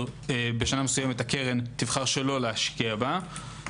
בשנה מסוימת הקרן תבחר לא להשקיע בה.